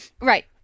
right